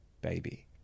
baby